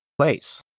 place